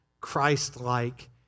Christ-like